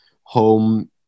home